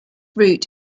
route